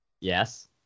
Yes